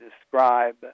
describe